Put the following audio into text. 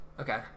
Okay